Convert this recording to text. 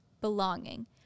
Belonging